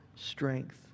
strength